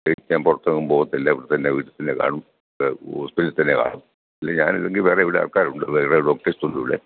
മേടിക്കാൻ പുറത്തു നിന്നും പോകത്തില്ല ഇവിടെത്തന്നെ വീട്ടിൽത്തന്നെ കാണും ഹോഡ്പിറ്റലിൽത്തന്നെ കാണും ഇല്ലേ ഞാനെങ്കിൽ ഇവിടെ വേറെ ആൾക്കാരുണ്ട് വേ വേറെ ഡോക്ടേഴ്സുണ്ടിവിടെ